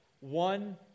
one